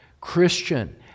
Christian